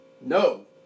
No